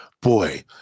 boy